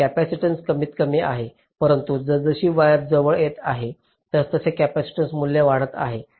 येथे कॅपेसिटन्स कमीतकमी आहे परंतु जसजशी वायर्से जवळ येत आहेत तसे कॅपेसिटन्सचे मूल्य वाढत आहे